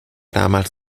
damals